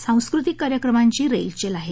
सांस्कृतिक कार्यक्रमांची रेलचेल आहे